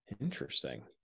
Interesting